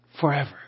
forever